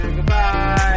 Goodbye